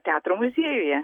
teatro muziejuje